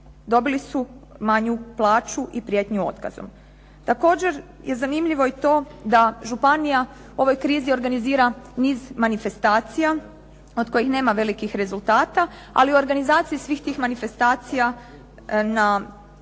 dobili su manju plaću i prijetnju otkazom. Također je zanimljivo i to da županija u ovoj krizi organizira niz manifestacija od kojih nema velikih rezultata, ali u organizaciji svih tih manifestacija na